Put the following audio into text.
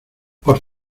por